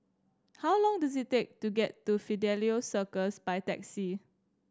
how long does it take to get to Fidelio Circus by taxi